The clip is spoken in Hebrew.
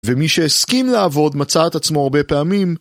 ומי שהסכים לעבוד מצא את עצמו הרבה פעמים